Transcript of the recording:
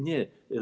Nie.